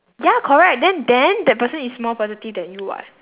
ya correct then then that person is more positive than you [what]